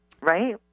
right